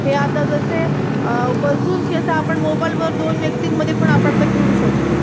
हे आता जसे बसून कसं आपण मोबाईलवर दोन व्यक्तींमध्ये पण आपण ते खेळू शकतो